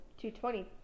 2.20